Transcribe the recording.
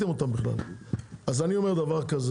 קודם כול,